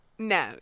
No